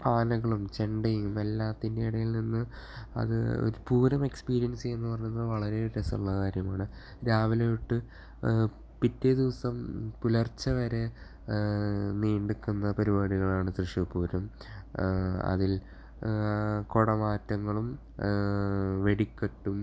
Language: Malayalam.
ആനകളും ചെണ്ടയും എല്ലാറ്റിൻറ്റെയും ഇടയിൽനിന്ന് അത് പൂരം എക്സ്പീരിയൻസ് ചെയ്യുക എന്നു പറയുന്നത് വളരെ രസമുള്ളൊരു കാര്യമാണ് രാവിലെ തൊട്ട് പിറ്റേ ദിവസം പുലർച്ചവരെ നീണ്ടുനിൽക്കുന്ന പരിപാടികളാണ് തൃശ്ശൂർപൂരം അതിൽ കുടമാറ്റങ്ങളും വെടികെട്ടും